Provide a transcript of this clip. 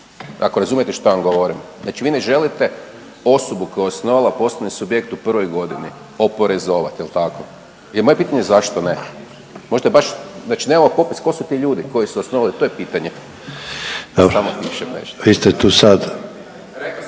ako razumijete šta vam govorim. Znači vi ne želite osobu koja je osnovala poslovni subjekt u prvoj godini oporezovat, jel tako, je moje pitanje zašto ne, možda baš znači nemamo popis ko su ti ljudi koji su osnovali, to je pitanje. …/Govornik se